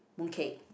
mooncake